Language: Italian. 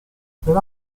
per